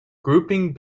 grouping